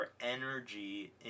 energy